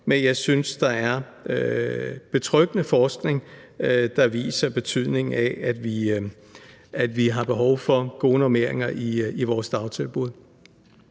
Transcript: Men jeg synes, der er betryggende forskning, der viser betydningen af, at vi har behov for gode normeringer i vores dagtilbud.